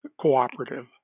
cooperative